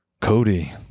Cody